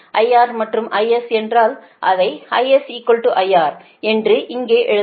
IR மற்றும் IS என்றால் அதை IS IR என்று இங்கே எழுதலாம்